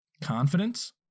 Confidence